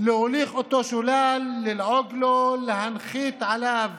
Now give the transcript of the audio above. להוליך אותו שולל, ללעוג לו, להנחית עליו